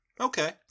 okay